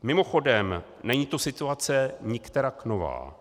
Mimochodem, není to situace nikterak nová.